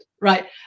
right